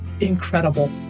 incredible